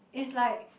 it's like